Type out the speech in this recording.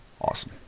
Awesome